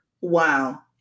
Wow